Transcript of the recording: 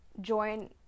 join